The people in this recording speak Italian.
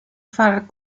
far